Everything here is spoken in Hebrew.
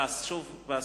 שוב בהסכמה,